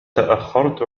تأخرت